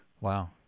Wow